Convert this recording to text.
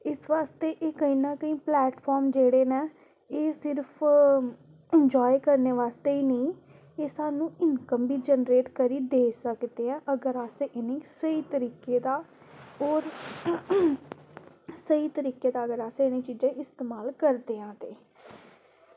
इस आस्तै एह् प्लेटफॉर्म जेह्ड़े न एह् सिर्फ एंजॉय करने आस्तै गै नेईं एह् सानूं इंकम बी जनरेट करी देई सकदे ऐ ते एह् साढ़े आस्तै इन्ने स्हेई तरीकै दा होर स्हेई चीज़ां अगर इस्तेमाल करदे ओ तुस